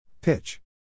Pitch